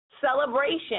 celebration